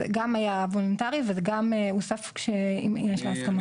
זה גם היה וולונטרי ושם גם הוסף: "אם יש הסכמה".